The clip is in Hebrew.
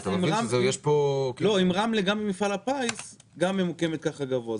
אם רמלה גם במפעל הפיס ממוקמת במקום כל כך גבוה.